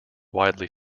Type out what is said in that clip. widely